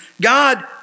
God